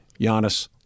Giannis